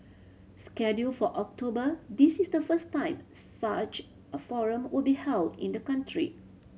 scheduled for October this is the first time such a forum will be held in the country